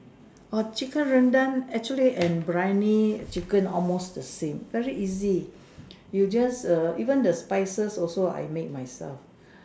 orh chicken Rendang actually and Biryani chicken almost the same very easy you just err even the spices also I make myself